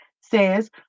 says